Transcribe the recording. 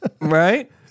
Right